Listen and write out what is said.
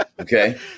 Okay